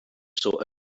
saw